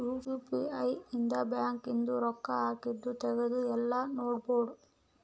UPI ಇಂದ bank ಇಂದು ರೊಕ್ಕ ಹಾಕಿದ್ದು ತೆಗ್ದಿದ್ದು ಯೆಲ್ಲ ನೋಡ್ಬೊಡು